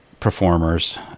Performers